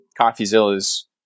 CoffeeZilla's